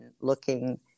looking